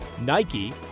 Nike